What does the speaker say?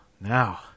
now